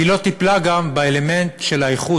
היא לא טיפלה גם באלמנט של האיכות.